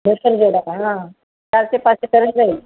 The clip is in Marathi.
हां चार ते पाचशेपर्यंत जाईल